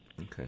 Okay